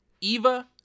Eva